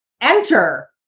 enter